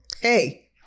hey